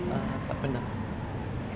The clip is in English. ah tak pernah